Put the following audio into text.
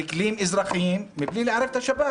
בכלים אזרחיים בלי לערב את השב"כ.